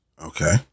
Okay